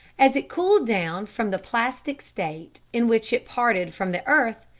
as it cooled down from the plastic state in which it parted from the earth,